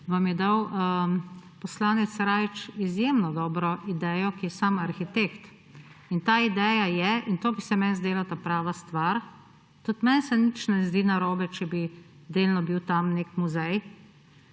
vam je dal poslanec Rajić izjemno dobro idejo, ki je sam arhitekt, in ta ideja je – in to bi se meni zdela ta prava stvar, tudi meni se nič ne zdi narobe, če bi delno bil tam nek muzej